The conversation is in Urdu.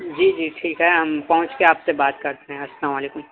جی جی ٹھیک ہے ہم پہنچ کے آپ سے بات کرتے ہیں السلام علیکم